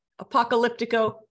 Apocalyptico